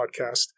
podcast